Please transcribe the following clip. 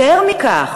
יותר מכך,